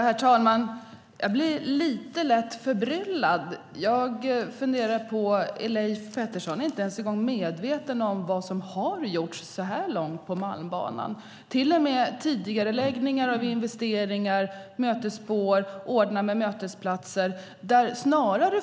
Herr talman! Jag blir lite lätt förbryllad. Jag funderar: Är Leif Pettersson inte ens en gång medveten om vad som har gjorts så här långt på Malmbanan? Det är till och med tidigareläggningar av investeringar, mötesspår och ordnade mötesplatser.